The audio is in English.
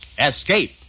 Escape